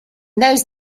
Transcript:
those